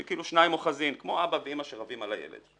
שכאילו שניים אוחזים, כמו אבא ואמא שרבים על הילד.